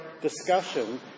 discussion